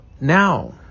now